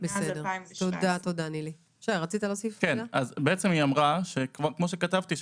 מאז 2017. היא אמרה כמו שכתבתי,